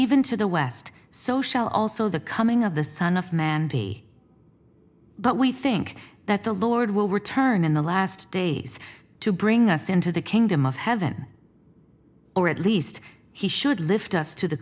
even to the west so shall also the coming of the son of man but we think that the lord will return in the last days to bring us into the kingdom of heaven or at least he should lift us to the